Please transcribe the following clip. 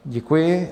Děkuji.